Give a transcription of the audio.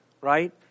right